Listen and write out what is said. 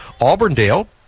Auburndale